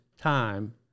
time